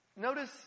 Notice